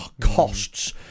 costs